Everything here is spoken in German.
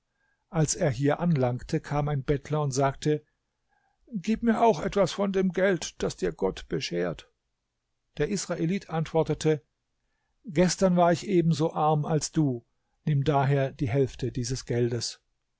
als er hier anlangte kam ein bettler und sagte gib mir auch etwas von dem geld das dir gott beschert der israelit antwortete gestern war ich ebenso arm als du nimm daher die hälfte dieses geldes